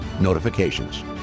notifications